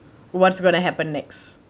what's gonna happen next